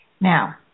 Now